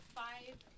five